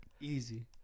Easy